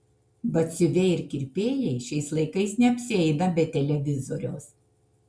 batsiuviai ir kirpėjai šiais laikais neapsieina be televizoriaus